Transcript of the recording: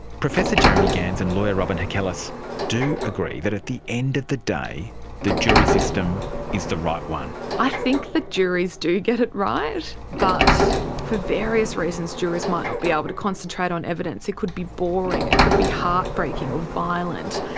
professor jeremy gans and lawyer robyn hakelis do agree that at the end of the day the jury system is the right one. i think the juries do get it right, but for various reasons jurors might not be able to concentrate on evidence. it could be boring, it could be heartbreaking or violent.